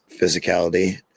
physicality